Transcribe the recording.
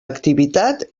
activitat